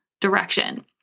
direction